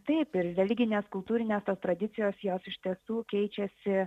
taip ir religinės kultūrinės tradicijos jos iš tiesų keičiasi